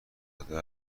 داده